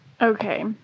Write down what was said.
Okay